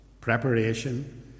preparation